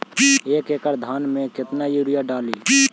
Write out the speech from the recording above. एक एकड़ धान मे कतना यूरिया डाली?